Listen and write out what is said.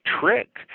trick